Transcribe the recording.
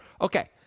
Okay